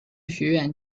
学院